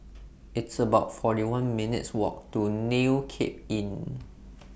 It's about forty one minutes' Walk to New Cape Inn